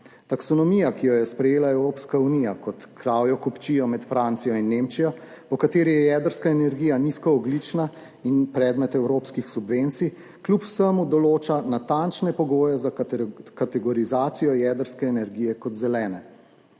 taksonomija, ki jo je sprejela Evropska unija kot kravjo kupčijo med Francijo in Nemčijo, po kateri je jedrska energija nizkoogljična in predmet evropskih subvencij, kljub vsemu določa natančne pogoje za kategorizacijo jedrske energije kot zelene.